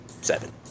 seven